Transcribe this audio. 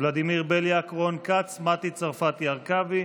ולדימיר בליאק, רון כץ, מטי צרפתי הרכבי,